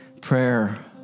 prayer